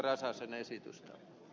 räsäsen esitystä